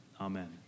Amen